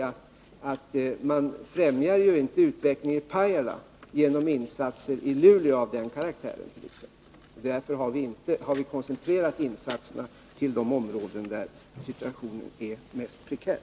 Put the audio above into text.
Man främjar inte utvecklingen i Pajala genom insatser i Luleå av den karaktären. Därför har vi koncentrerat insatserna till de områden där situationen är mest prekär.